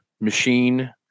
machine